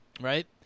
right